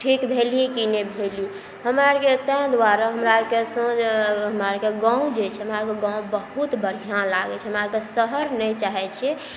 ठीक भेलही कि नहि भेलही हमरा आरके तेँ दुआरे हमरा आरके साँझ हमरा आरके गाँव जे छै हमरा आरके गाँव बहुत बढ़िआँ लागै छै हमरा आरके शहर नहि चाहै छिए